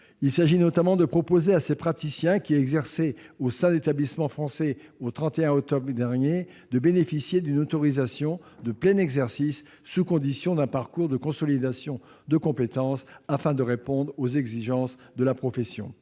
Il s'agit notamment de proposer aux praticiens qui exerçaient au sein des établissements français au 31 octobre dernier de bénéficier d'une autorisation de plein exercice, sous condition d'un parcours de consolidation de compétences, afin de répondre aux exigences de la profession.